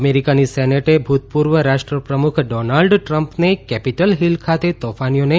અમેરિકાની સેનેટે ભૂતપૂર્વ રાષ્ટ્રપ્રમુખ ડોનાલ્ડ ટ્રમ્પને કેપીટલ ફીલ ખાતે તોફાનીઓને